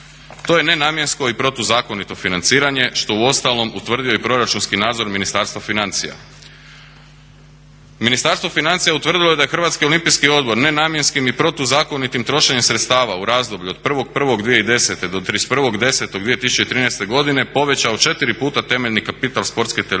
To je nenamjensko i protuzakonito financiranje što u ostalom utvrdio je i proračunski nadzor Ministarstva financija. Ministarstvo financija utvrdilo je da je Hrvatski olimpijski odbor nenamjenskim i protuzakonitim trošenjem sredstava u razdoblju od 1.1.2010. do 31.10.2013. godine povećao 4 puta temeljni kapital Sportske televizije